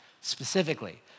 Specifically